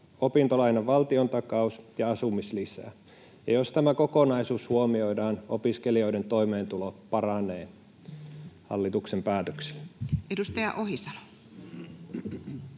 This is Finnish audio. opintolainan valtiontakaus ja asumislisä. Jos tämä kokonaisuus huomioidaan, opiskelijoiden toimeentulo paranee hallituksen päätöksin. Edustaja Ohisalo.